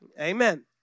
Amen